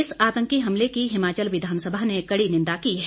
इस आतंकी हमले की हिमाचल विधानसभा ने कड़ी निंदा की है